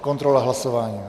Kontrola hlasování.